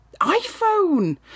iPhone